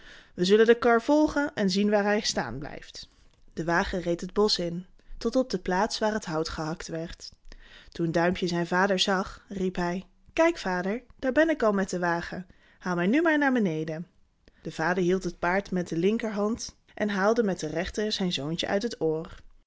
wij zullen de kar volgen en zien waar hij staan blijft de wagen reed het bosch in tot op de plaats waar het hout gehakt werd toen duimpje zijn vader zag riep hij kijk vader daar ben ik al met den wagen haal mij nu maar naar beneden de vader hield het paard met de linkerhand en haalde met de rechter zijn zoontje uit het oor